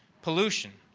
pollution,